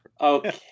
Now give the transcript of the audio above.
Okay